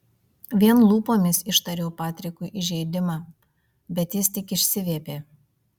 vien lūpomis ištariau patrikui įžeidimą bet jis tik išsiviepė